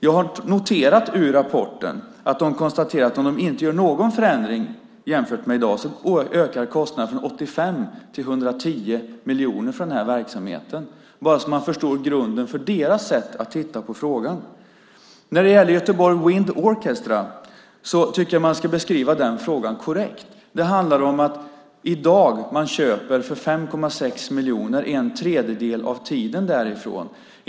Jag har noterat ur rapporten att de konstaterar att om de inte gör någon förändring jämfört med i dag ökar kostnaderna från 85 miljoner till 110 miljoner för den här verksamheten - bara så att man förstår grunden för deras sätt att titta på frågan. När det gäller Göteborg Wind Orchestra tycker jag att man ska beskriva den frågan korrekt. Det handlar om att man i dag köper för 5,6 miljoner därifrån, en tredjedel av tiden.